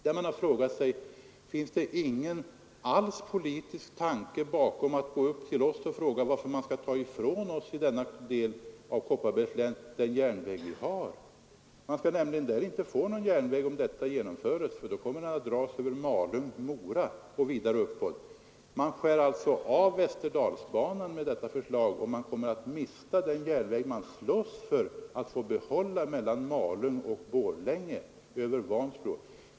Där har man frågat sig: Finns det alls ingen politisk tanke bakom, så att man går upp till oss och talar om för oss varför man i denna del av Kopparbergs län ämnar ta ifrån oss den järnväg vi har? Man skall nämligen där inte få någon järnväg, om detta genomföres. Den kommer att dras över Malung—Mora och vidare uppåt. Man skär med detta förslag av Västerdalsbanan, och man kommer där att mista den järnväg man slåss för att få behålla mellan Malung och Borlänge över Vansbro.